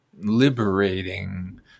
liberating